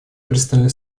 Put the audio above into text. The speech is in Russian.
пристально